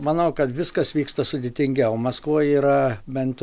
manau kad viskas vyksta sudėtingiau maskvoj yra bent